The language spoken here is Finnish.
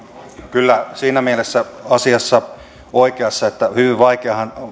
kyllä siinä mielessä asiassa oikeassa että hyvin vaikeahan